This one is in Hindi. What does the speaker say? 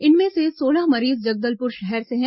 इनमें से सोलह मरीज जगदलपुर शहर से हैं